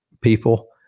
people